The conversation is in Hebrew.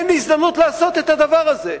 ואין לי הזדמנות לעשות את הדבר הזה.